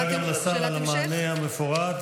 תודה גם לשר על המענה המפורט.